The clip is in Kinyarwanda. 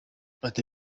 ati